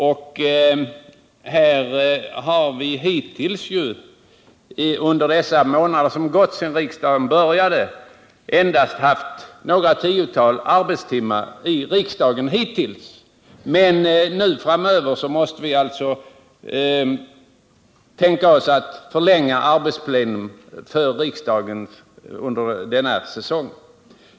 Vi har hittills under de månader som gått sedan riksdagen började endast haft arbetsplena i kammaren under några tiotal timmar, men framöver måste vi alltså tänka oss att förlänga arbetsplena för riksdagen under denna säsong.